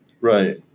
Right